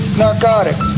narcotic